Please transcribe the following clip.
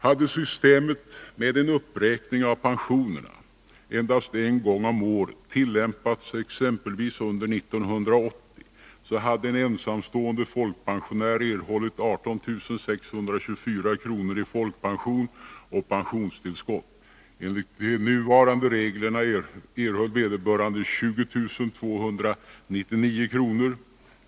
Hade systemet med en uppräkning av pensionerna endast en gång om året tillämpats exempelvis under 1980, så hade en ensamstående folkpensionär erhållit 18 624 kr. i folkpension och pensionstillskott. Enligt de nuvarande reglerna erhöll vederbörande 20 299 kr.